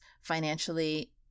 financially